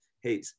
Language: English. hey